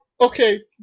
Okay